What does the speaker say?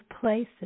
places